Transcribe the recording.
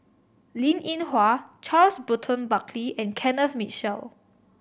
Linn In Hua Charles Burton Buckley and Kenneth Mitchell